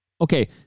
Okay